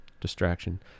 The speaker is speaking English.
distraction